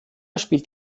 spielt